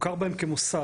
והוכר בהם כמוסד.